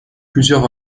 plusieurs